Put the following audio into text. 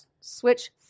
switch